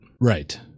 Right